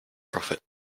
profit